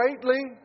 greatly